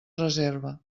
reserva